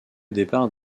départ